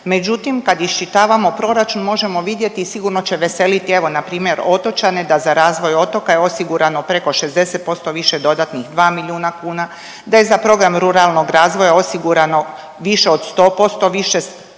Međutim, kad iščitavamo proračun, možemo vidjeti, sigurno se veseliti, evo, npr. otočane da za razvoj otoka je osigurano preko 60% više dodatnih 2 milijuna kuna, da je za program ruralnog razvoja osigurano više od 100% više od